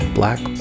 black